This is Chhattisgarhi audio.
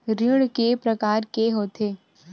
ऋण के प्रकार के होथे?